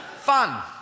fun